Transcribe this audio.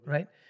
Right